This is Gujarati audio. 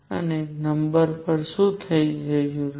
અને નંબર પર શું જઈ રહ્યું છે